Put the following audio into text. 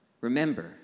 Remember